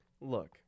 Look